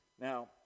Now